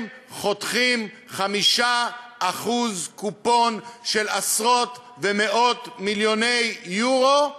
חותכים 5% קופון של עשרות ומאות מיליוני יורו,